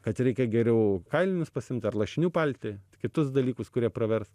kad reikia geriau kailinius pasiimt ar lašinių paltį kitus dalykus kurie pravers